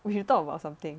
when you talk about something